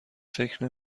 فکر